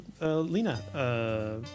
Lena